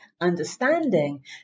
understanding